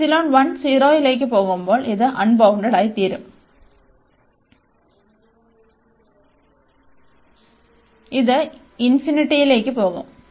0 ലേക്ക് പോകുമ്പോൾ ഇത് അൺബൌണ്ടഡ്ഡായിരിക്കും ഇത് ലേക്ക് പോകും